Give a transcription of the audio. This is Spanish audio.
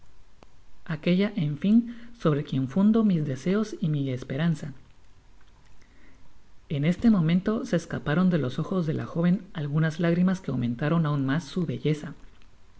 aquella en fin sobre quien fundo mis deseos y mi esperanza en este momento se escaparon de los ojos de la joven algunas lágrimas que aumentaron aun mas su belleza